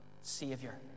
Savior